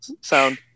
Sound